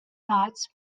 thoughts